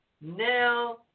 now